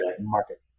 market